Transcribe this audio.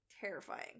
Terrifying